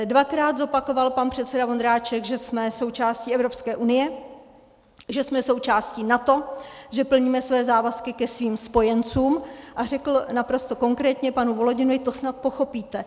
Dvakrát pan předseda Vondráček zopakoval, že jsme součástí Evropské unie, že jsme součástí NATO, že plníme své závazky ke svým spojencům, a řekl naprosto konkrétně panu Volodinovi: to snad pochopíte.